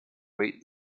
weight